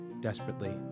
desperately